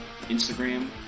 Instagram